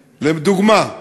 לדוגמה,